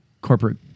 corporate